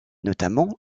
notamment